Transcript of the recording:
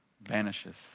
vanishes